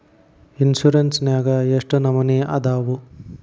Insurance ನ್ಯಾಗ ಎಷ್ಟ್ ನಮನಿ ಅದಾವು?